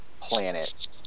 planet